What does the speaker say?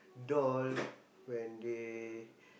doll when they